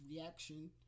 reaction